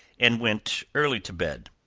and went early to bed.